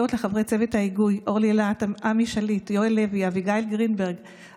אלה שלומדים בישראל,